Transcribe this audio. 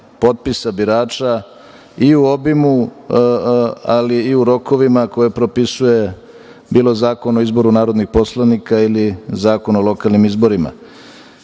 potpisa birača i u obimu, ali i u rokovima koje propisuje bilo Zakon o izboru narodnih poslanika ili Zakon o lokalnim izborima. Kada